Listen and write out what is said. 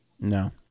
no